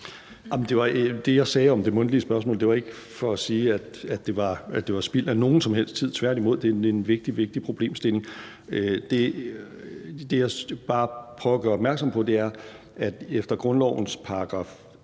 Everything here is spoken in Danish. Det, jeg sagde om det mundtlige spørgsmål, var ikke for at sige, at det var spild af nogen som helst tid, tværtimod. Det er en vigtig, vigtig problemstilling. Det, jeg bare prøver at gøre opmærksom på, er, at efter grundlovens § 71,